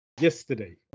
yesterday